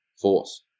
force